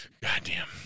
Goddamn